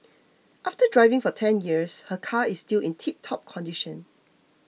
after driving for ten years her car is still in tiptop condition